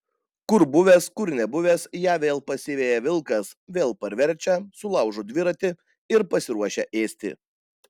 kur buvęs kur nebuvęs ją vėl pasiveja vilkas vėl parverčia sulaužo dviratį ir pasiruošia ėsti